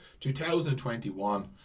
2021